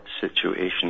situation